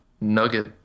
nugget